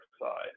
side